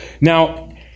Now